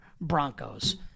Broncos